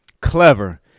clever